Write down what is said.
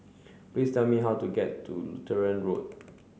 please tell me how to get to Lutheran Road